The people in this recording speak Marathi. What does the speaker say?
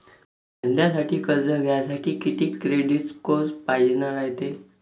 धंद्यासाठी कर्ज घ्यासाठी कितीक क्रेडिट स्कोर पायजेन रायते?